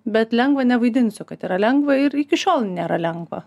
bet lengva nevaidinsiu kad yra lengva ir iki šiol nėra lengva